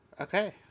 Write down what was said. Okay